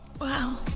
Wow